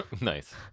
nice